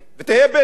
ותהיה בדואי.